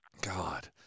God